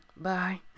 Bye